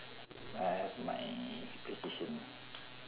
I have my playstation